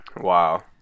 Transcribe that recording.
Wow